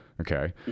okay